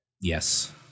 Yes